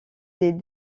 des